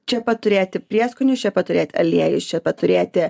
čia pat turėti prieskonius čia pat turėt aliejus čia pat turėti